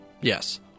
Yes